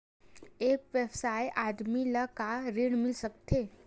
एक वयस्क आदमी ल का ऋण मिल सकथे?